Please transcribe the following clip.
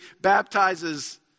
baptizes